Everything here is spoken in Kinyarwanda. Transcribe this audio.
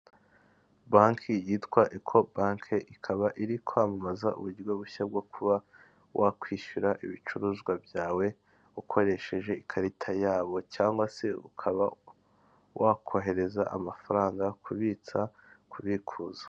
Bank yitwa Ecobanki ikaba iri kwamamaza uburyo bushya bwo kuba wakwishyura ibicuruzwa byawe ukoresheje ikarita yabo cyangwa se ukaba wakohereza amafaranga, kubitsa, kubikuza.